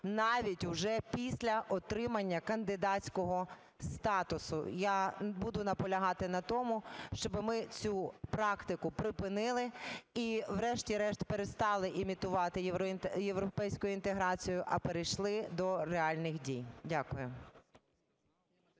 навіть уже після отримання кандидатського статусу. Я буду наполягати на тому, щоб ми цю практику припинили і врешті-решт перестали імітувати європейську інтеграцію, а перейшли до реальних дій. Дякую.